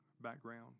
background